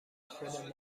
خود